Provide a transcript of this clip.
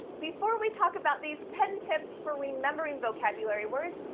before we talk about these ten tips for remembering vocabulary words,